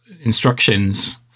instructions